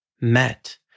met